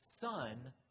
Son